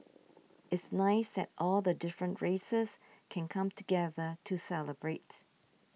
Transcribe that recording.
it's nice that all the different races can come together to celebrate